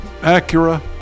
Acura